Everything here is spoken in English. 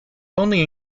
only